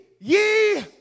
ye